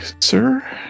sir